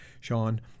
Sean